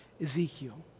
Ezekiel